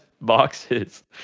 boxes